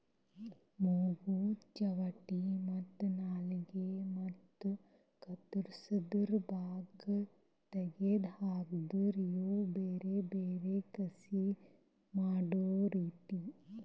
ಮೊಗ್ಗು, ಚಾವಟಿ ಮತ್ತ ನಾಲಿಗೆ ಮತ್ತ ಕತ್ತುರಸಿದ್ ಭಾಗ ತೆಗೆದ್ ಹಾಕದ್ ಇವು ಬೇರೆ ಬೇರೆ ಕಸಿ ಮಾಡೋ ರೀತಿ